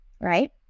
right